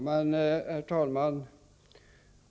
Herr talman!